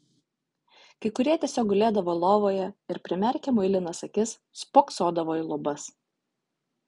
kai kurie tiesiog gulėdavo lovoje ir primerkę muilinas akis spoksodavo į lubas